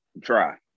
try